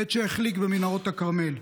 בעת שהחליק במנהרות הכרמל.